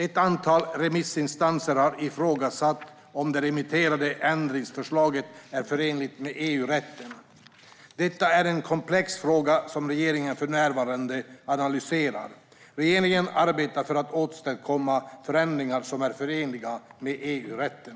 Ett antal remissinstanser har ifrågasatt om det remitterade ändringsförslaget är förenligt med EU-rätten. Detta är en komplex fråga, som regeringen för närvarande analyserar. Regeringen arbetar för att åstadkomma förändringar som är förenliga med EU-rätten.